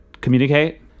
communicate